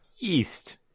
East